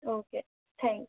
okay thank